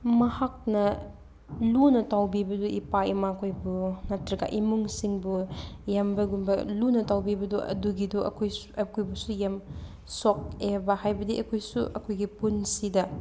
ꯃꯍꯥꯛꯅ ꯂꯨꯅ ꯇꯧꯕꯤꯕꯗꯨ ꯏꯄꯥ ꯏꯃꯥ ꯈꯣꯏꯕꯨ ꯅꯠꯇ꯭ꯔꯒ ꯏꯃꯨꯡꯁꯤꯡꯕꯨ ꯏꯌꯥꯝꯕꯒꯨꯝꯕ ꯂꯨꯅ ꯇꯧꯕꯤꯕꯗꯨ ꯑꯗꯨꯒꯤꯗꯨ ꯑꯩꯈꯣꯏꯁꯨ ꯑꯩꯈꯣꯏꯕꯨꯁꯨ ꯌꯥꯝ ꯁꯣꯛꯑꯦꯕ ꯍꯥꯏꯕꯗꯤ ꯑꯩꯈꯣꯏꯁꯨ ꯑꯩꯈꯣꯏꯒꯤ ꯄꯨꯟꯁꯤꯗ